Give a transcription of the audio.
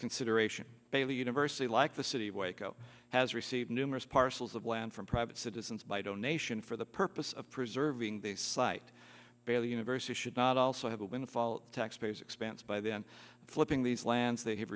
consideration baylor university like the city of waco has received numerous parcels of land from private citizens by donation for the purpose of preserving the site baylor university should not also have a windfall tax payers expense by then flipping these lands they have